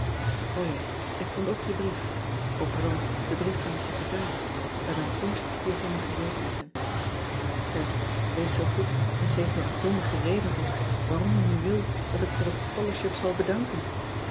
ja ik vond ook je brief o pardon den brief van je secretaris bij mijn komst hier voor me gereed liggen eg wees zoo goed en geef me een grondige reden op waarom je nu wil dat ik voor het scholarship zal bedanken